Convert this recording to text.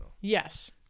Yes